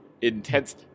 intense